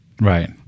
right